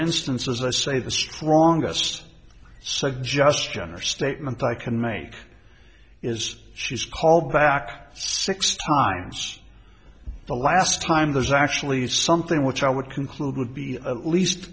instance as a say the strongest suggestion or statement that i can make is she's called back six times the last time there's actually something which i would conclude would be the least